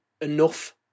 enough